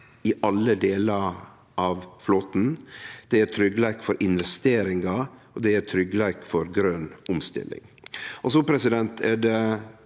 i alle delar av flåten. Det gjev tryggleik for investeringar, og det gjev tryggleik for grøn omstilling.